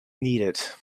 needed